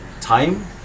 time